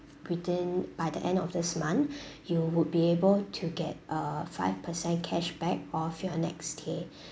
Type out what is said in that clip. within by the end of this month you would be able to get a five percent cashback off your next day